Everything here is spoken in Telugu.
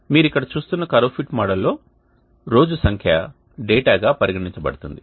మీరు ఇక్కడ చూస్తున్న కర్వ్ ఫిట్ మోడల్ లో రోజు సంఖ్య డేటా గా పరిగణించబడుతుంది